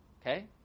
Okay